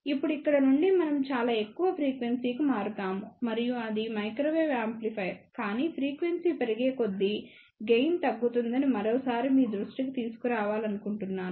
ఇప్పుడు ఇక్కడ నుండి మనం చాలా ఎక్కువ ఫ్రీక్వెన్సీ కి మారుతాము మరియు అది మైక్రోవేవ్ యాంప్లిఫైయర్ కానీ ఫ్రీక్వెన్సీ పెరిగేకొద్దీ గెయిన్ తగ్గుతుందని మరోసారి మీ దృష్టికి తీసుకురావాలనుకుంటున్నాను